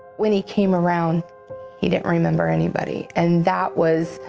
when he came around he didn't remember anybody. and that was,